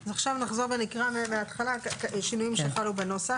אז עכשיו נחזור ונקרא מהתחלה שינויים שחלו בנוסח.